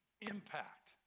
impact